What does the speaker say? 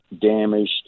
damaged